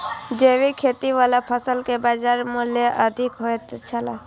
जैविक खेती वाला फसल के बाजार मूल्य अधिक होयत छला